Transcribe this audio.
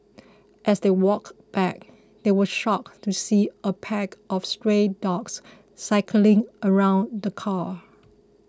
as they walked back they were shocked to see a pack of stray dogs circling around the car